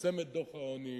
מפרסם את דוח העוני,